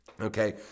okay